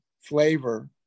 flavor